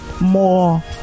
More